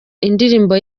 indirimbo